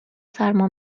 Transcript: سرما